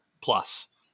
plus